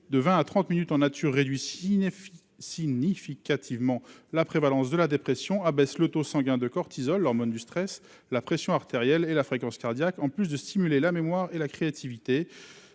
de 20 à 30 minutes en nature réduit cinéphile significativement la prévalence de la dépression abaisse le taux sanguin de cortisol l'hormone du stress, la pression artérielle et la fréquence cardiaque, en plus de stimuler la mémoire et la créativité